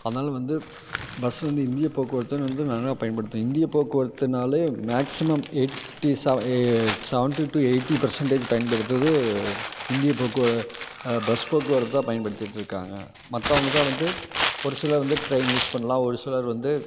அதனால் வந்து பஸ் வந்து இந்தியப் போக்குவரத்து வந்து நல்லா பயன்படுத்தணும் இந்தியப் போக்குவரத்துனால் மேக்ஸிமம் எயிட்டிஸ் ஆவே செவன்டி டு எயிட்டி பர்சென்டேஜ் பயன்படுத்துறது இந்திய போக்கு பஸ் போக்குவரத்துதான் பயன்படுத்திகிட்டு இருக்காங்க மற்றவங்கதான் வந்து ஒரு சிலர் வந்து ட்ரைன் யூஸ் பண்ணலாம் ஒரு சிலர் வந்து